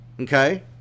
Okay